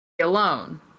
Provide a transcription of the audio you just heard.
alone